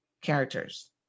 characters